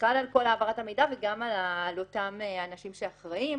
העברת המידע וגם על אותם אנשים אחראים,